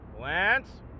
Lance